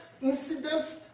incidents